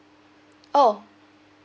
oh